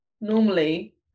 normally